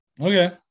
Okay